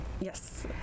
Yes